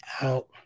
out